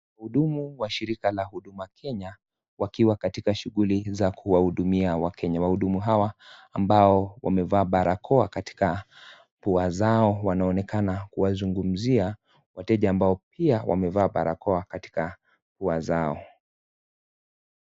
Wahudumu wa shirika la Huduma Kenya wakiwa katika shughuli za kuwahudumia wakenya, wahudumu hawa ambao wamevaa barakoa katika pua zao wanaonekana kuwazungumzia wateja ambao pia wamevaa barakoa katika pua zao.